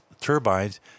turbines